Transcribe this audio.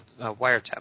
wiretap